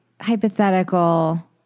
hypothetical